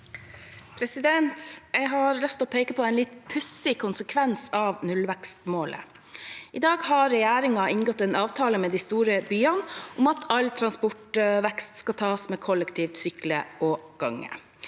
Jeg har lyst til å peke på en litt pussig konsekvens av nullvekstmålet. I dag har regjeringen inngått en avtale med de store byene om at all transportvekst skal tas med kollektiv, sykkel og gange.